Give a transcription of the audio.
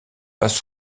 passe